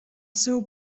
seu